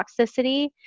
toxicity